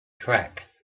track